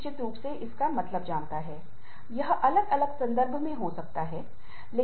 विभाजन मॉडल बोलता है कि काम और जीवन दो अलग अलग डोमेन हैं